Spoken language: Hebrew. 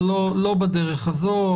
אבל לא בדרך הזו.